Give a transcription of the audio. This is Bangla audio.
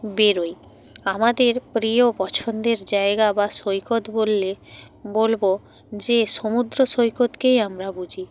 বেরোই আমাদের প্রিয় পছন্দের জায়গা বা সৈকত বললে বলব যে সমুদ্র সৈকতকেই আমরা বুঝি